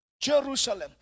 Jerusalem